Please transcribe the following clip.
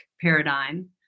paradigm